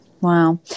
Wow